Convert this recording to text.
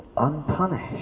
Unpunished